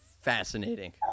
fascinating